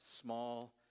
small